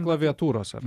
klaviatūros ar